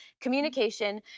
communication